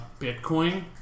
Bitcoin